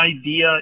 idea